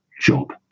job